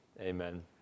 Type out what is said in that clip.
Amen